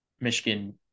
Michigan